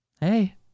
hey